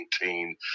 maintain